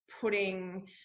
putting –